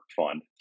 fund